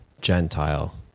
Gentile